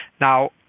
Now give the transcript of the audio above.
Now